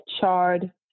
charred